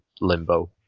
limbo